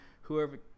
whoever